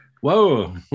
Whoa